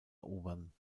erobern